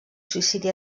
suïcidi